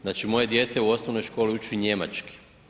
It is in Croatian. Znači moje dijete u osnovnoj školi uči njemački.